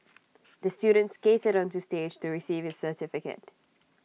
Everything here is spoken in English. the student skated onto stage to receive his certificate